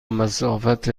مسافت